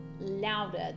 louder